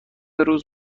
روز